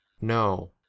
No